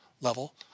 level